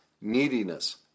neediness